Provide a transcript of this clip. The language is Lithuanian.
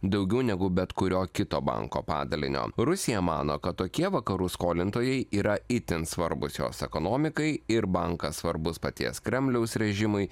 daugiau negu bet kurio kito banko padalinio rusija mano kad tokie vakarų skolintojai yra itin svarbūs jos ekonomikai ir bankas svarbus paties kremliaus režimui